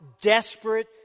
desperate